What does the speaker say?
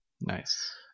nice